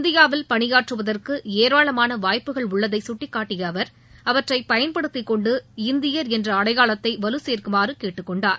இந்தியாவில் பணியாற்றுவதற்கு ஏராளமான வாய்ப்புகள் உள்ளதை கட்டிக்காட்டிய அவர் அவற்றை பயன்படுத்திக்கொண்டு இந்தியன் என்ற அடையாளத்தை வலு சேர்க்குமாறு கேட்டுக்கொண்டார்